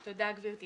תודה, גברתי.